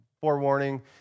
forewarning